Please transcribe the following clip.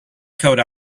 code